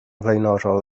flaenorol